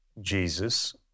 Jesus